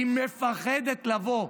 היא מפחדת לבוא.